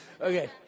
Okay